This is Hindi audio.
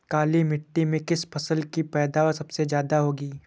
काली मिट्टी में किस फसल की पैदावार सबसे ज्यादा होगी?